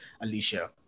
alicia